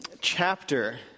chapter